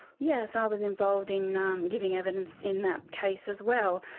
yes, i was involved in um giving evidence in that case as well,